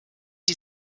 die